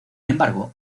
embargo